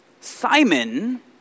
Simon